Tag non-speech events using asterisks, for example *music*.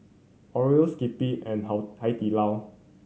Oreo Skippy and *unintelligible* Hai Di Lao